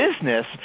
business